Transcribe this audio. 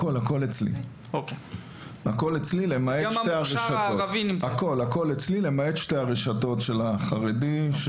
הכל אצלי למעט שתי הרשתות של החרדים,